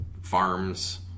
farms